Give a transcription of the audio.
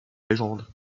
légende